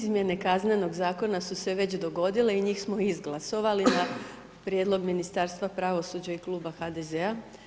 Izmjene Kaznenog zakona su se već dogodile i njih smo izglasovali na prijedlog Ministarstva pravosuđa i Kluba HDZ-a.